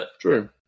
True